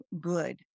good